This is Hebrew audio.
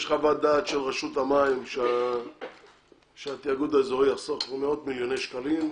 יש חוות דעת של רשות המים שהתיאגוד האזורי יחסוך מאות מיליוני שקלים,